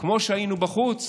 כמו שהיינו בחוץ